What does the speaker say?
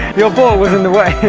your ball was in the way!